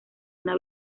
una